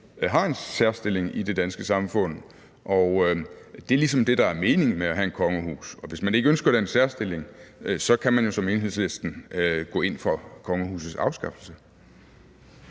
har en særstilling i det danske samfund, og det er ligesom det, der er meningen med at have et kongehus. Hvis ikke man ønsker den særstilling, kan man jo som Enhedslisten gå ind for kongehusets afskaffelse.